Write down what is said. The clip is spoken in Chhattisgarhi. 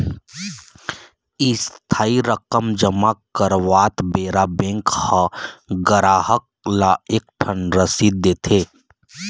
इस्थाई रकम जमा करवात बेरा बेंक ह गराहक ल एक ठन रसीद देथे